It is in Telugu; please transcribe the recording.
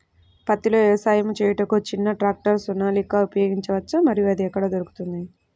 పత్తిలో వ్యవసాయము చేయుటకు చిన్న ట్రాక్టర్ సోనాలిక ఉపయోగించవచ్చా మరియు అది ఎక్కడ దొరుకుతుంది?